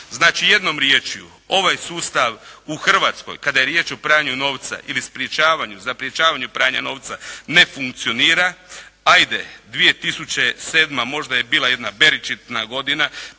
jednom riječju ovaj sustav u Hrvatskoj kada je riječ o pranju novca ili sprječavanju, zapriječavanju pranja novca ne funkcionira, 'ajde 2007. možda je bila jedna … /Govornik